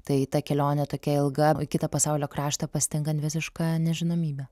tai ta kelionė tokia ilga kitą pasaulio kraštą pasitinkant visišką nežinomybę